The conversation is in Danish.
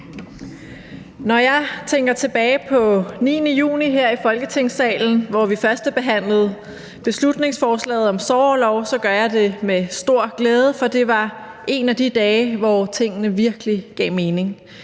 Når jeg tænker tilbage på den 9. juni her i Folketingssalen, hvor vi førstebehandlede beslutningsforslaget om sorgorlov, så gør jeg det med stor glæde, for det var en af de dage, hvor tingene virkelig gav mening